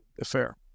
affair